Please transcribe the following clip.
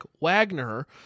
Wagner